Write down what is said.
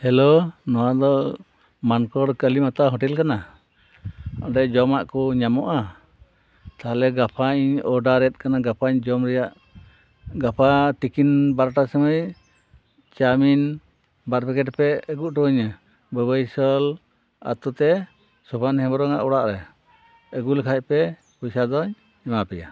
hello ᱱᱚᱣᱟ ᱫᱚ ᱢᱟᱱᱠᱚᱲ ᱠᱟᱞᱤ ᱢᱟᱛᱟ ᱦᱳᱴᱮᱞ ᱠᱟᱱᱟ ᱚᱰᱮ ᱡᱚᱢᱟᱜ ᱠᱚ ᱧᱟᱢᱚᱜᱼᱟ ᱛᱟᱦᱚᱞᱮ ᱜᱟᱯᱟᱧ ᱳᱰᱟᱨᱮᱫ ᱠᱟᱱᱟ ᱜᱟᱯᱟᱧ ᱡᱚᱢ ᱨᱮᱭᱟ ᱜᱟᱯᱟ ᱛᱤᱠᱤᱱ ᱵᱟᱨᱳᱴᱟ ᱥᱳᱢᱳᱥ ᱪᱟᱣᱢᱤᱱ ᱵᱟᱨ ᱯᱮᱠᱮᱴ ᱯᱮ ᱟᱹᱜᱩ ᱚᱴᱚ ᱟᱹᱧᱟᱹ ᱵᱟᱵᱳᱭᱥᱳᱞ ᱟᱹᱛᱩ ᱛᱮ ᱥᱚᱵᱷᱟᱱ ᱦᱮᱢᱵᱨᱚᱢ ᱟᱜ ᱚᱲᱟᱜ ᱨᱮ ᱟᱹᱜᱩ ᱞᱮᱠᱷᱟᱱ ᱯᱮ ᱯᱚᱭᱥᱟ ᱫᱚᱧ ᱮᱢᱟ ᱯᱮᱭᱟ